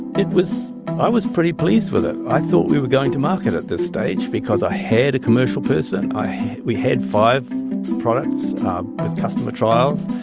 it was i was pretty pleased with it. i thought we were going to market at this stage because i had a commercial person, i had we had five products with customer trials.